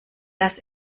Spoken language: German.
dass